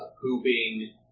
pooping